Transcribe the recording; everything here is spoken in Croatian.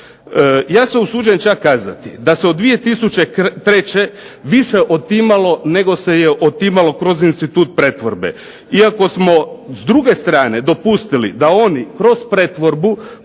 Ja se usuđujem čak kazati da se 2003. više otimalo nego se je otimalo kroz institut pretvorbe, iako smo s druge strane dopustili da oni kroz pretvorbu